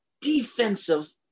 defensive